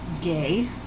gay